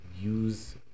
Use